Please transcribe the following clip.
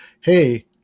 hey